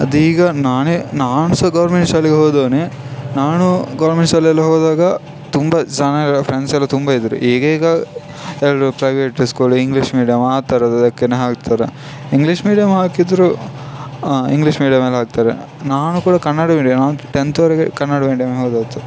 ಅದು ಈಗ ನಾನೇ ನಾನು ಸಹ ಗೌರ್ಮೆಂಟ್ ಶಾಲೆಗೆ ಹೋದೋನೇ ನಾನು ಗೌರ್ಮೆಂಟ್ ಶಾಲೇಲಿ ಹೋದಾಗ ತುಂಬ ಜನಗಳು ಫ್ರೆಂಡ್ಸೆಲ್ಲ ತುಂಬ ಇದ್ದರು ಈಗ ಈಗ ಎಲ್ಲರು ಪ್ರೈವೇಟ್ ಸ್ಕುಳು ಇಂಗ್ಲೀಷ್ ಮೀಡಿಯಂ ಆ ಥರದದಕ್ಕೆ ಹಾಕ್ತರೆ ಇಂಗ್ಲೀಷ್ ಮೀಡಿಯಂ ಹಾಕಿದ್ದರು ಇಂಗ್ಲೀಷ್ ಮೀಡಿಯಮಲ್ಲಿ ಹಾಕ್ತಾರೆ ನಾನು ಕೂಡ ಕನ್ನಡ ಮೀಡಿಯಂ ನಾನು ಟೆಂತ್ವರೆಗೆ ಕನ್ನಡ ಮೀಡಿಯಮ್ಮೇ ಹೋದದ್ದು